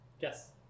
Yes